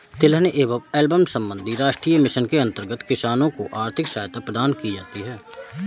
तिलहन एवं एल्बम संबंधी राष्ट्रीय मिशन के अंतर्गत किसानों को आर्थिक सहायता प्रदान की जाती है